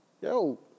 yo